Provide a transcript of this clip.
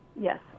Yes